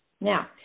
Now